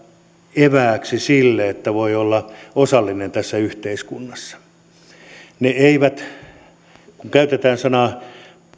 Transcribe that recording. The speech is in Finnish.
evääksi sille että voi olla osallinen tässä yhteiskunnassa kun käytetään sanaa